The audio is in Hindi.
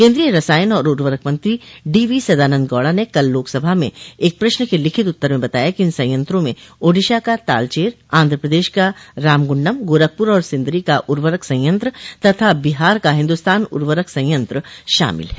केन्द्रीय रसायन और उर्वरक मंत्री डी वी सदानन्द गौड़ा ने कल लोकसभा में एक प्रश्न के लिखित उत्तर में बताया कि इन संयंत्रों में ओडिशा का तालचेर आंध्र प्रदेश का रामगुंडम गोरखपुर और सिंदरी का उर्वरक संयंत्र तथा बिहार का हिन्दुस्तान उर्वरक संयंत्र शामिल हैं